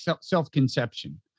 self-conception